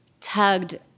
tugged